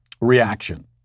reaction